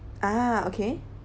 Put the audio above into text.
ah okay